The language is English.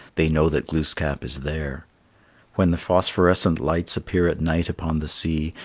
they know that glooskap is there when the phosphorescent lights appear at night upon the sea,